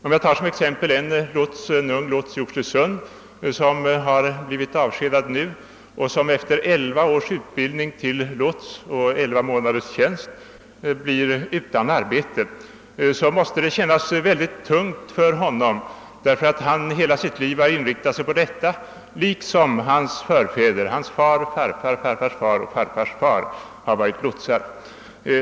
Låt mig som exempel ta en ung lots i Oxelösund som nu blivit avskedad. Han blir efter elva års utbildning till lots och efter ungefär ett års tjänst utan arbete. Det måste kännas mycket tungt för honom; han har hela sitt liv inriktat sig på detta yrke som innehafts av hans far, hans farfar, hans farfars far och hans farfars farfar.